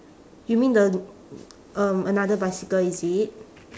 you mean the um another bicycle is it